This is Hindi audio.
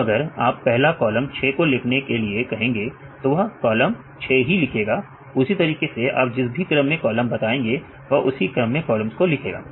अब अगर आप पहला कॉलम 6 को लिखने के लिए कहेंगे तो वह पहला कॉलम 6 ही लिखेगा उसी तरीके से आप जिस भी क्रम में कॉलम बताएंगे वह उसी क्रम में कॉलम्स को लिखेगा